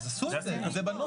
עשו את זה, זה בנוסח.